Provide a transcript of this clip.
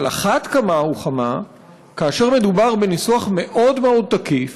אבל על אחת כמה וכמה כאשר מדובר בניסוח מאוד מאוד תקיף,